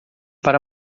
para